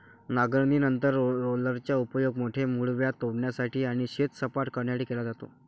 नांगरणीनंतर रोलरचा उपयोग मोठे मूळव्याध तोडण्यासाठी आणि शेत सपाट करण्यासाठी केला जातो